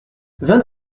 vingt